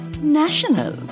national